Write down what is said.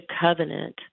covenant